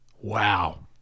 Wow